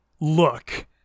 look